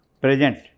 present